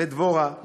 לדבורה,